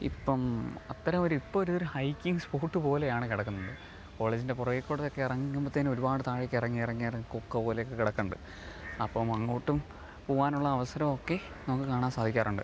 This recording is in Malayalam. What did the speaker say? ഇപ്പം അത്തരം ഒരു ഇപ്പോൾ ഒരു ഒരു ഹൈകിങ് ബോട്ട് പോലെയാണ് കിടക്കുന്നത് കോളേജിൻ്റെ പുറകിൽ കൂടെയൊക്കെ ഇറങ്ങുമ്പത്തേക്കും ഒരുപാട് താഴേക്ക് ഇറങ്ങി ഇറങ്ങി ഇറങ്ങി കൊക്ക പോലെയൊക്കെ കിടക്കുന്നുണ്ട് അപ്പം അങ്ങോട്ടും പോവാനുള്ള അവസരമൊക്കെ നമുക്ക് കാണാൻ സാധിക്കാറുണ്ട്